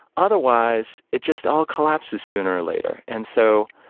otherwise, it just all collapses sooner or later. and so,